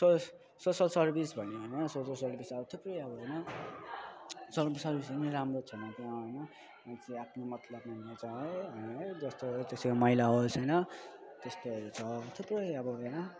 सोस social service भन्यो होइन social service अब थुप्रै अब होइन सर्भ सर्भिसहरू पनि राम्रो छैन त्यहाँ होइन मान्छे आफ्नो मतलबमा है है जस्तो त्यसरी मैला होस् होइन त्यस्तोहरू छ थुप्रै अब होइन